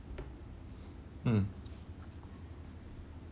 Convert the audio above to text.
mm